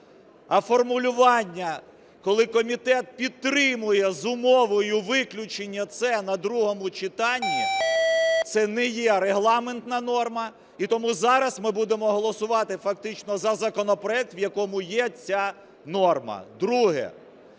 А формулювання, коли комітет підтримує з умовою виключення це на другому читанні, – це не є регламентна норма. І тому зараз ми будемо голосувати фактично за законопроект, в якому є ця норма. Друге.